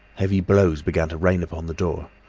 heavy blows began to rain upon the door.